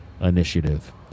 initiative